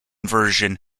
version